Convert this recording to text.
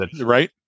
right